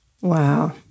Wow